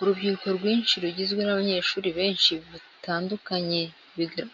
Urubyiruko rwinshi rugizwe n'abanyeshuri benshi batandukanye,